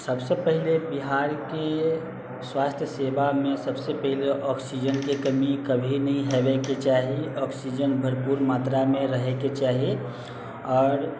सबसे पहले बिहारके स्वास्थ्य सेवामे सबसे पहले ऑक्सिजनके कमी कभी नहि होएके चाही ऑक्सिजन भरपूर मात्रामे रहयके चाही आओर